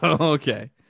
okay